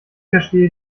verstehe